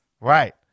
Right